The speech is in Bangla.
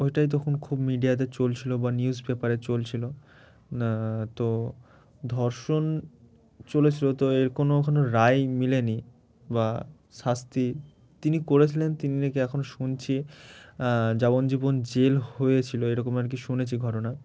ওইটাই তখন খুব মিডিয়াতে চলছিলো বা নিউজ পেপারে চলছিলো তো ধর্ষণ চলেছিলো তো এর কোনো এ কোনও রায় মিলেনি বা শাস্তি তিনি করেছিলেন তিনি নাকি এখন শুনছি যাবজ্জীবন জেল হয়েছিলো এরকম আর কি শুনেছি ঘটনা